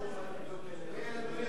כן, אדוני